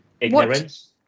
Ignorance